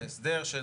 ההסדר של